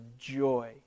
joy